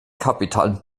kapitalen